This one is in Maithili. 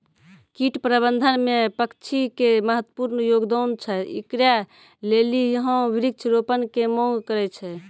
कीट प्रबंधन मे पक्षी के महत्वपूर्ण योगदान छैय, इकरे लेली यहाँ वृक्ष रोपण के मांग करेय छैय?